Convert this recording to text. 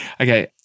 Okay